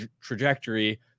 trajectory